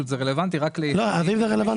זה פשוט רלוונטי רק ל --- אם זה רלוונטי,